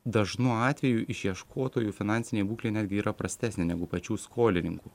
dažnu atveju išieškotojų finansinė būklė netgi yra prastesnė negu pačių skolininkų